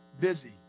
busy